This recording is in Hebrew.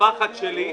הפחד שלי,